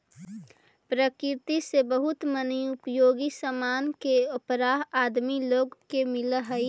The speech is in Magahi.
प्रकृति से बहुत मनी उपयोगी सामान के उपहार आदमी लोग के मिलऽ हई